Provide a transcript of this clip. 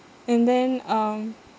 and then um